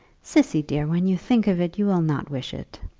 cissy, dear, when you think of it, you will not wish it.